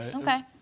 Okay